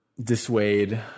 dissuade